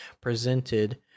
presented